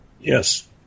Yes